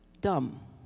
Dumb